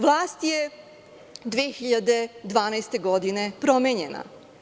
Vlast je 2012. godine promenjena.